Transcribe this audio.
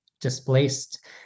displaced